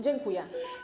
Dziękuję.